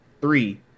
three